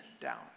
down